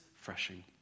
refreshing